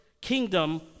kingdom